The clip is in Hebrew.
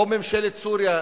או ממשלת סוריה,